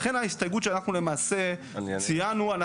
ולכן ההסתייגות שלמעשה ציינו,